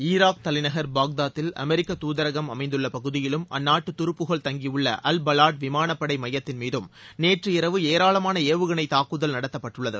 Iraq தலைநகர் பாக்தாத்தில் அமெரிக்க துதரகம் அமைந்துள்ள பகுதியிலும் அந்நாட்டு துருப்புகள் தங்கியுள்ள அல் பலாட் விமானப்படை மையத்தின்மீது நேற்று இரவு ஏராளமான ஏவுகணை தாக்குதல் நடத்தப்பட்டுள்ளது